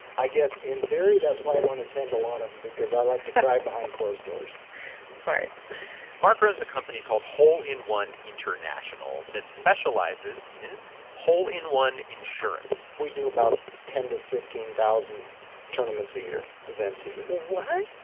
i guess in theory that's why i don't attend a lot of them because i like to cry behind closed doors that's smart mark owns a company called hole in one international that specializes in hole in one insurance we do about ten thousand to fifteen thousand tournaments a year, events a year what?